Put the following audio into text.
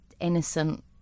innocent